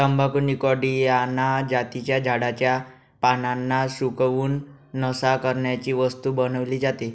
तंबाखू निकॉटीयाना जातीच्या झाडाच्या पानांना सुकवून, नशा करण्याची वस्तू बनवली जाते